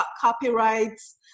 copyrights